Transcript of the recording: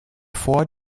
vor